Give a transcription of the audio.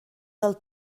del